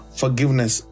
forgiveness